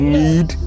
need